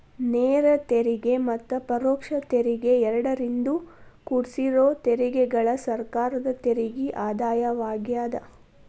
ನೇರ ತೆರಿಗೆ ಮತ್ತ ಪರೋಕ್ಷ ತೆರಿಗೆ ಎರಡರಿಂದೂ ಕುಡ್ಸಿರೋ ತೆರಿಗೆಗಳ ಸರ್ಕಾರದ ತೆರಿಗೆ ಆದಾಯವಾಗ್ಯಾದ